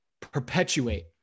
perpetuate